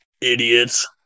idiots